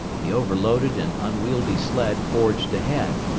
the overloaded and unwieldy sled forged ahead,